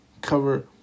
cover